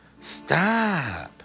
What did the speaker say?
Stop